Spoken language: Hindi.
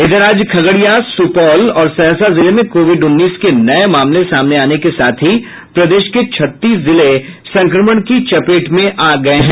इधर आज खगड़िया सुपौल और सहरसा जिले में कोविड उन्नीस के नये मामले सामने आने के साथ ही प्रदेश के छत्तीस जिले संक्रमण की चपेट में आ गये हैं